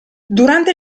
durante